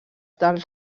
dels